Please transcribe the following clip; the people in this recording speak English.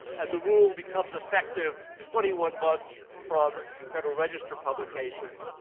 and the rule becomes effective twenty one months from federal register publication,